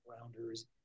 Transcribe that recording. Rounders